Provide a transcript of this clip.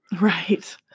Right